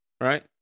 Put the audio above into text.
right